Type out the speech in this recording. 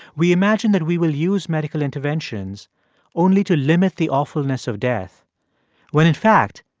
we imagine that we will use medical interventions only to limit the awfulness of death when, in fact,